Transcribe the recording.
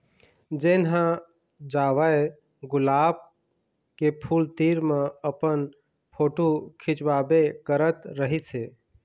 जेन ह जावय गुलाब के फूल तीर म अपन फोटू खिंचवाबे करत रहिस हे